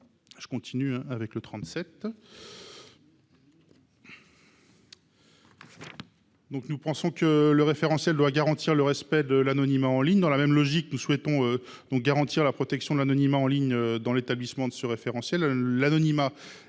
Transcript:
à M. Thomas Dossus. Nous pensons que le référentiel doit garantir le respect de l’anonymat en ligne. Dans la même logique, nous souhaitons garantir la protection de l’anonymat en ligne dans l’établissement de ce référentiel. L’anonymat est